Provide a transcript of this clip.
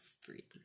free